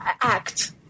act